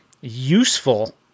useful